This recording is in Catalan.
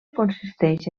consisteix